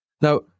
Now